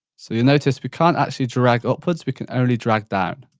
so, you'll notice we can't actually drag upwards, we can only drag down.